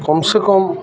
କମ୍ସେ କମ